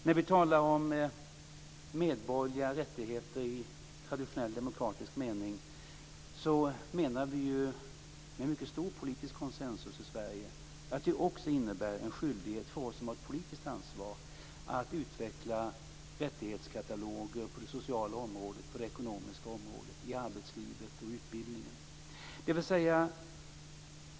När vi talar om medborgerliga rättigheter i traditionell demokratisk mening menar vi, med en mycket stor politisk konsensus i Sverige, att det också innebär en skyldighet för oss som har ett politiskt ansvar att utveckla rättighetskataloger på det sociala och ekonomiska området, i arbetslivet och i utbildningen.